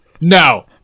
no